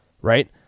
right